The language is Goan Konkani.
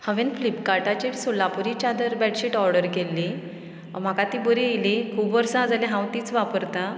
हांवेंन फ्लिपकाटाचेर सोलापुरी चादर बेडशीट ऑडर केल्ली म्हाका ती बरी येयली खूब वर्सां जाली हांव तीच वापरतां